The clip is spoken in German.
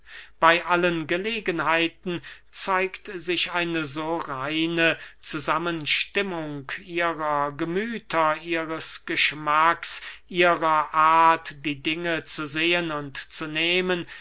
bey allen gelegenheiten zeigt sich eine so reine zusammenstimmung ihrer gemüther ihres geschmacks ihrer art die dinge zu sehen und zu nehmen